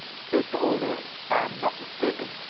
said the old laird, i am not mistaken.